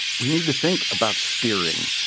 we need to think about steering.